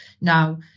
Now